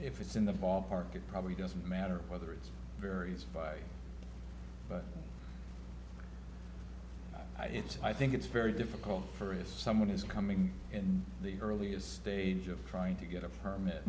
if it's in the ballpark it probably doesn't matter whether it's varies by i think it's very difficult for someone who's coming in the earliest stage of trying to get a permit